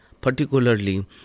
particularly